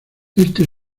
este